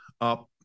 up